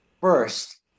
First